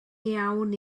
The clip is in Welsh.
iawn